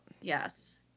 Yes